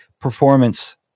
performance